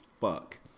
fuck